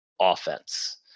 offense